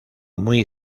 muy